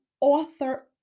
author